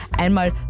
einmal